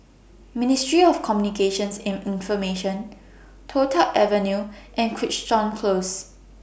Ministry of Communications and Information Toh Tuck Avenue and Crichton Close